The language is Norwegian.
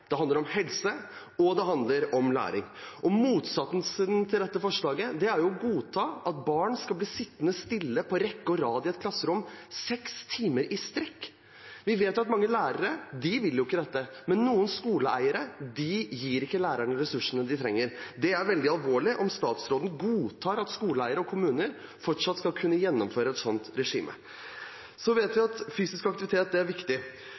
Det handler om helse, og det handler om læring. Motsatsen til dette forslaget er å godta at barn skal bli sittende stille på rekke og rad i et klasserom, seks timer i strekk. Vi vet at mange lærere ikke vil dette, men noen skoleeiere gir ikke lærerne ressursene de trenger. Det er veldig alvorlig om statsråden godtar at skoleeiere og kommuner fortsatt skal kunne gjennomføre et slikt regime. Så vet vi at fysisk aktivitet er viktig,